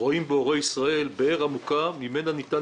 רואים בהורי ישראל באר עמוקה ממנה ניתן